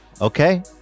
okay